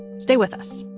stay with us